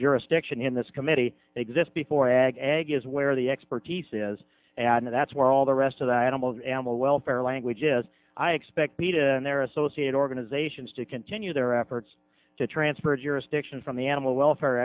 jurisdiction in this committee exist before ag is where the expertise is and that's where all the rest of the animals animal welfare language is i expect me to their associate organizations to continue their efforts to transfer jurisdiction from the animal welfare